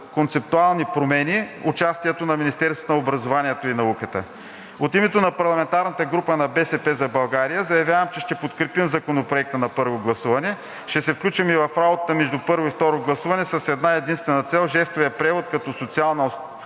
концептуални промени, участието на Министерството на образованието и науката. От името на парламентарната група на „БСП за България“ заявявам, че ще подкрепим Законопроекта на първо гласуване, ще се включим и в работата между първо и второ гласуване с една единствена цел – жестовият превод като социална